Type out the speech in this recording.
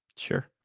sure